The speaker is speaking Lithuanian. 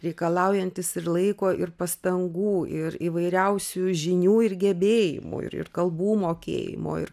reikalaujantis ir laiko ir pastangų ir įvairiausių žinių ir gebėjimų ir ir kalbų mokėjimo ir